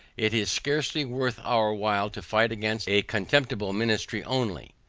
it is scarcely worth our while to fight against a contemptible ministry only.